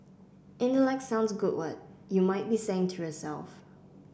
intellect sounds good what you might be saying to yourself